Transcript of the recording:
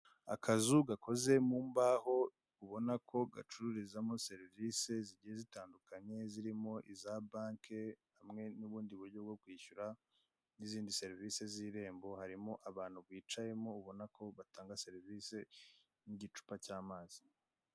Akazu gakoze mu mbaho, ubona ko gacururizamo serivise igiye itandukanye, zirimo iza banki, hamwe n'ubundo buryo bwo kwishyura, n'izindi serivise z'irembo, harimo abantu bicayemo, ubona ko batanga serivize, n'igicua cy'amazi.